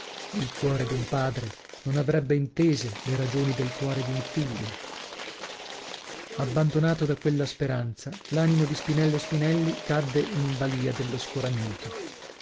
il cuore d'un padre non avrebbe intese le ragioni del cuore di un figlio abbandonato da quella speranza l'animo di spinello spinelli cadde in balla dello scoramento